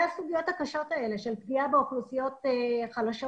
הסוגיות הקשות האלה של פגיעה באוכלוסיות חלשות,